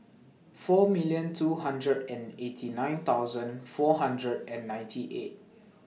four million two hundred and eighty nine thousand four hundred and ninety eight